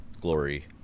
glory